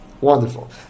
wonderful